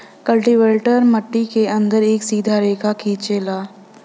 cultivator मट्टी के अंदर एक सीधा रेखा खिंचेला